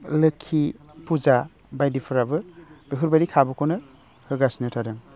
लोखि फुजा बायदिफोराबो बेफोरबादि खाबुखौनो होगासिनो थादों